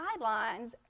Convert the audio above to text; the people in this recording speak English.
guidelines